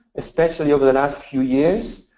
especially over the last few years.